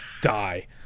die